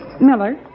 Miller